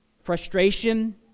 Frustration